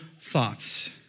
thoughts